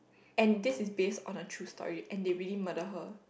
and this is based on the true story and they really murder her